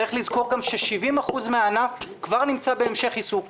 צריך לזכור גם ש-70% מן הענף כבר נמצא בהמשך עיסוק,